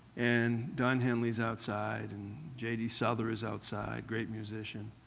and don henley's outside, and jd souther is outside great musician.